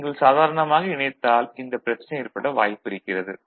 நீங்கள் சாதாரணமாக இணைத்தால் இந்த பிரச்சனை ஏற்பட வாய்ப்பு இருக்கிறது